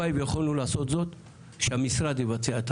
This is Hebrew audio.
שהלוואי ויכלנו לעשות זאת שהמשרד יבצע את